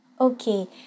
okay